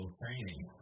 training